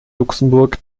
luxemburg